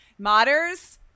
modders